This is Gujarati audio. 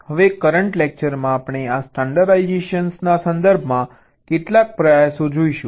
હવે કરંટ લેકચરમાં આપણે આ સ્ટાન્ડર્ડડાઈજેશન ના સંદર્ભમાં કેટલાક પ્રયાસો જોઈશું